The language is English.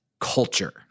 culture